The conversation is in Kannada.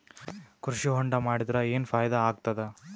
ಕೃಷಿ ಹೊಂಡಾ ಮಾಡದರ ಏನ್ ಫಾಯಿದಾ ಆಗತದ?